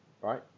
right